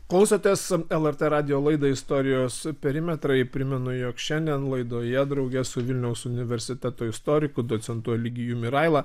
klausotės lrt radijo laidą istorijos perimetrai primenu jog šiandien laidoje drauge su vilniaus universiteto istoriku docentu eligijumi raila